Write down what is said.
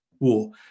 war